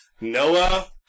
Noah